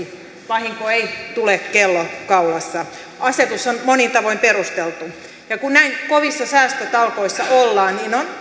vahinko ei tule kello kaulassa asetus on monin tavoin perusteltu kun näin kovissa säästötalkoissa ollaan niin on